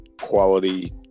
quality